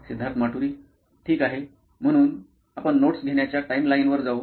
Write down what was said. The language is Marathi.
सिद्धार्थ माटुरी मुख्य कार्यकारी अधिकारी नॉइन इलेक्ट्रॉनिक्स ठीक आहे म्हणून आपण नोट्स घेण्याच्या टाइमलाइनवर जाऊ